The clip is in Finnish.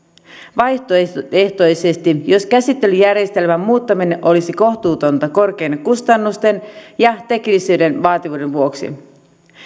vaihtoehtoisesti jos käsittelyjärjestelmän muuttaminen olisi kohtuutonta korkeiden kustannusten ja teknisen vaativuuden vuoksi